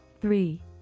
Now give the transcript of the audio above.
Three